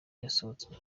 yasohotse